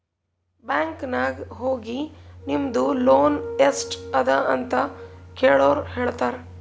bank ನಾಗ್ ಹೋಗಿ ನಿಮ್ದು ಲೋನ್ ಎಸ್ಟ್ ಅದ ಅಂತ ಕೆಳುರ್ ಹೇಳ್ತಾರಾ